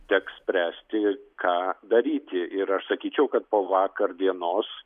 teks spręsti ką daryti ir aš sakyčiau kad po vakar dienos